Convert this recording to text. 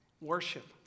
worship